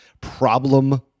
problem